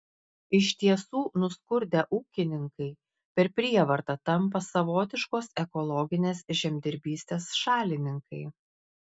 iš tiesų nuskurdę ūkininkai per prievartą tampa savotiškos ekologinės žemdirbystės šalininkai